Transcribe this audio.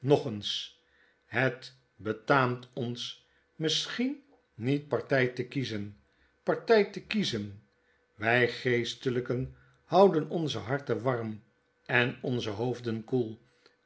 nog eens het betaamt ons misschien niet party te kiezen party te kiezen wy geestelyken houden onze harten warm en onze hoofden koel